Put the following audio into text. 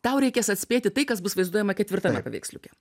tau reikės atspėti tai kas bus vaizduojama ketvirtame paveiksliuke